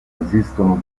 esistono